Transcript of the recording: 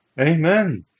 Amen